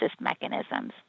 mechanisms